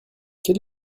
quel